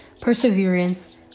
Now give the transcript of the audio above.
perseverance